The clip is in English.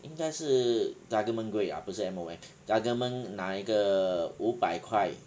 应该是 government 会啊不是 M_O_M government 拿一个五百块